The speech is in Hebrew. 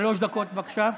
שלוש דקות, בבקשה.